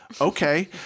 Okay